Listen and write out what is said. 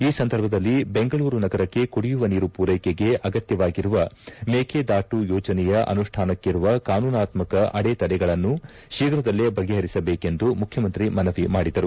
ಈ ಸಂದರ್ಭದಲ್ಲಿ ಬೆಂಗಳೂರು ನಗರಕ್ಕೆ ಕುಡಿಯುವ ನೀರು ಪೂರೈಕೆಗೆ ಅಗತ್ಯವಾಗಿರುವ ಮೇಕೆದಾಟು ಯೋಜನೆಯ ಅನುಷ್ಠಾನಕ್ಕಿರುವ ಕಾನೂನಾತ್ಮಕ ಅಡೆ ತಡೆಗಳನ್ನು ಶೀಘ್ರದಲ್ಲೇ ಬಗೆಹರಿಸಬೇಕೆಂದು ಮುಖ್ಯಮಂತ್ರಿ ಮನವಿ ಮಾಡಿದರು